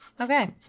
Okay